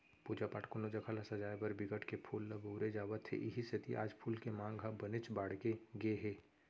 पूजा पाठ, कोनो जघा ल सजाय बर बिकट के फूल ल बउरे जावत हे इहीं सेती आज फूल के मांग ह बनेच बाड़गे गे हे